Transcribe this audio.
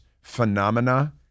phenomena